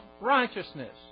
righteousness